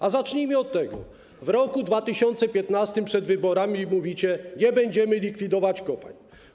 A zacznijmy od tego, że w roku 2015, przed wyborami, mówiliście: Nie będziemy likwidować kopalń.